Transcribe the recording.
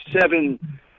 seven